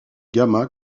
gamma